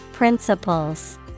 Principles